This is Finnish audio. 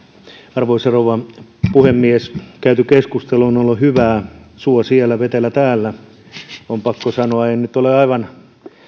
arvoisa rouva puhemies käyty keskustelu on ollut hyvää suo siellä vetelä täällä on pakko sanoa että en nyt ole aivan